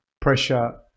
pressure